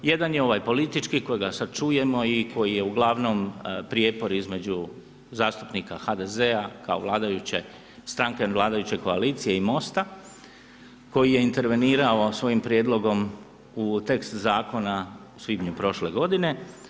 Jedan je ovaj politički kojega sad čujemo i koji je uglavnom prijepor između zastupnika HDZ-a kao vladajuće stranke vladajuće koalicije i MOST-a, koji je intervenirao svojim prijedlogom u tekst zakona u svibnju prošle godine.